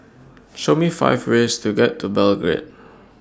Show Me five ways to get to Belgrade